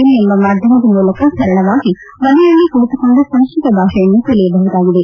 ಇನ್ ಎಂಬ ಮಾಧ್ಯಮದ ಮೂಲಕ ಸರಳವಾಗಿ ಮನೆಯಲ್ಲಿ ಕುಳುಕೊಂಡು ಸಂಸ್ಕತ ಭಾಷೆಯನ್ನು ಕಲಿಯಬಹುದಾಗಿದೆ